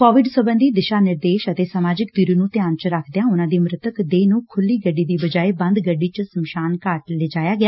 Covid ਸਬੰਧੀ ਦਿਸ਼ਾ ਨਿਰਦੇਸ਼ ਅਤੇ ਸਮਾਜਿਕ ਦੁਰੀ ਨੂੰ ਧਿਆਨ ਚ ਰੱਖਦਿਆਂ ਉਨੂਾਂ ਦੀ ਮਿਤਕ ਦੇਹ ਨੂੰ ਖੁੱਲੀ ਗੱਡੀ ਦੀ ਬਜਾਏ ਬੰਦ ਗੱਡੀ ਚ ਸ਼ਮਸ਼ਾਨ ਘਾਟ ਲਿਜਾਇਆ ਗਿਆ